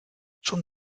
schon